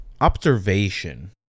observation